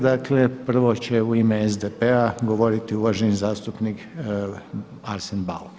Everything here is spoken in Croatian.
Dakle prvo će u ime SDP-a govoriti uvaženi zastupnik Arsen Bauk.